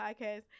podcast